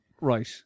Right